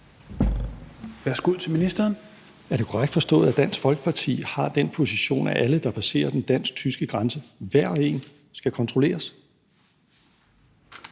(Nick Hækkerup): Er det korrekt forstået, at Dansk Folkeparti har den position, at alle, der passerer den dansk-tyske grænse, hver og en skal kontrolleres?